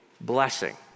blessing